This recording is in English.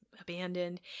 abandoned